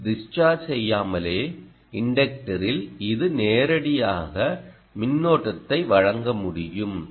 இது டிஸ்சார்ஜ் செய்யாமலே இன்டக்டரில் இது நேரடியாக மின்னோட்டத்தை வழங்க முடியும்